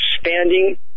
standing